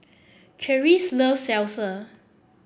Cherise loves Salsa